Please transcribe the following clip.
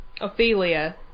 Ophelia